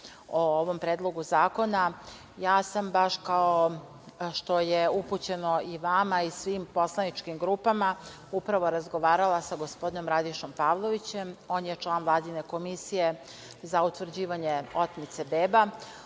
o ovom predlogu zakona. Ja sam baš kao što je upućeno i vama i svim poslaničkim grupama upravo razgovarala sa gospodinom Radišom Pavlovićem. On je član Vladine Komisije za utvrđivanje otmice beba.